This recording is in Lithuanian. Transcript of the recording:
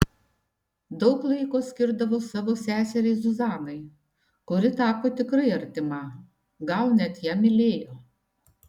daug laiko skirdavo savo seseriai zuzanai kuri tapo tikrai artima gal net ją mylėjo